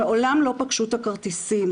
שמעולם לא פגשו את הכרטיסים.